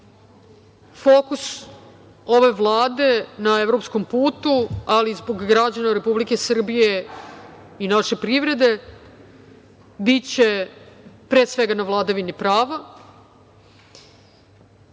ove Vlade na evropskom putu, ali i zbog građana Republike Srbije i naše privrede biće pre svega na vladavini prava.